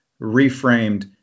ReFramed